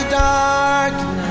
darkness